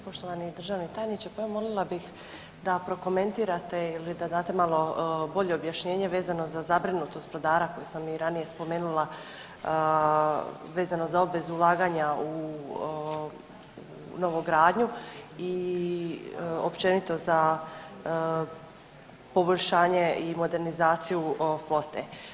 Poštovani državni tajniče, pa evo molila bih da prokomentirate ili da date malo bolje objašnjenje vezano za zabrinutost brodara koje sam i ranije spomenula vezano za obvezu ulaganja u novogradnju i općenito za poboljšanje i modernizaciju flote.